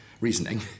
reasoning